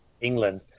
England